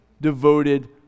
devoted